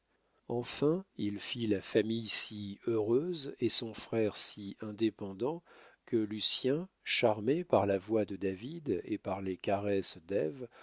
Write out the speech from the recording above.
enfin il fit la famille si heureuse et son frère si indépendant que lucien charmé par la voix de david et par les caresses d'ève